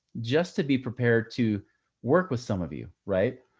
just to be prepared to work with some of you. right?